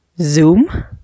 zoom